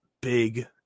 big